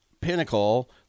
Pinnacle